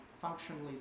functionally